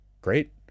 Great